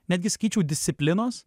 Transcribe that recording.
netgi sakyčiau disciplinos